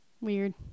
Weird